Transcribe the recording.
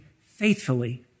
faithfully